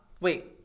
Wait